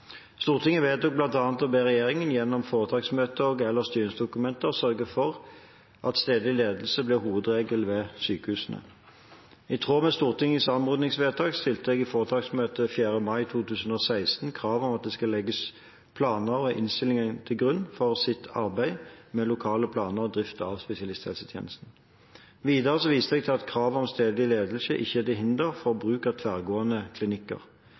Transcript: Stortinget vedtok bl.a. å be regjeringen, gjennom foretaksmøtet og/eller styringsdokumenter, å sørge for at stedlig ledelse blir hovedregelen ved sykehusene. I tråd med Stortingets anmodningsvedtak stilte jeg i foretaksmøtet 4. mai 2016 krav om at de skal legge planen og innstillingen til grunn for sitt arbeid med lokale planer og drift av spesialisthelsetjenesten. Videre viste jeg til at kravet om stedlig ledelse ikke er til hinder for bruk av tverrgående klinikker.